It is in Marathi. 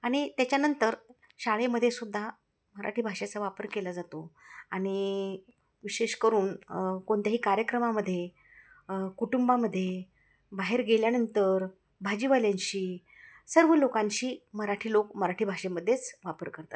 आणि त्याच्यानंतर शाळेमध्ये सुद्धा मराठी भाषेचा वापर केला जातो आणि विशेष करून कोणत्याही कार्यक्रमामध्ये कुटुंबामध्ये बाहेर गेल्यानंतर भाजीवाल्यांशी सर्व लोकांशी मराठी लोक मराठी भाषेमध्येच वापर करतात